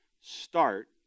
start